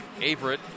Averett